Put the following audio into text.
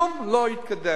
כלום לא התקדם.